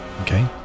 Okay